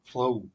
Flow